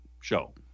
show